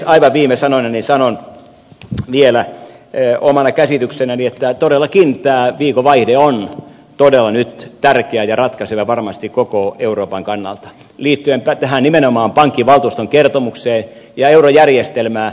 aivan viime sanoinani sanon vielä omana käsityksenäni että todellakin tämä viikonvaihde on todella nyt tärkeä ja ratkaiseva varmasti koko euroopan kannalta liittyen nimenomaan pankkivaltuuston kertomukseen ja eurojärjestelmään